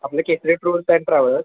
आपले Kesari tours and travels